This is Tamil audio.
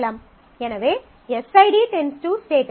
எனவே எஸ்ஐடி → ஸ்டேட்டஸ்